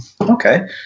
Okay